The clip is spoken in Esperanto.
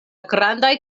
grandaj